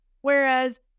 Whereas